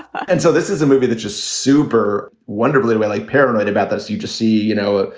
and so this is a movie that just super wonderfully really paranoid about this. you just see, you know,